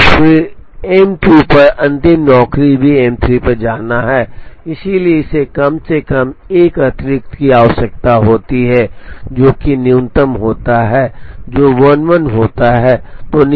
और फिर एम 2 पर अंतिम नौकरी भी एम 3 पर जाना है इसलिए इसे कम से कम एक अतिरिक्त की आवश्यकता होती है जो कि न्यूनतम होता है जो 11 होता है